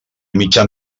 mitjan